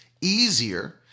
easier